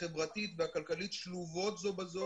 החברתית והכלכלית שלובות זו בזו.